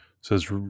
Says